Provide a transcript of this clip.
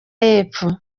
y’epfo